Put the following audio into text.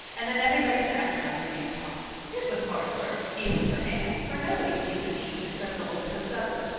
and then everybody sat down and made talk. it was hard work, even for anne, for nobody seemed at ease except old mrs. douglas,